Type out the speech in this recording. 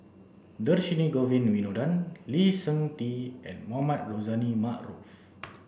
Dhershini Govin Winodan Lee Seng Tee and Mohamed Rozani Maarof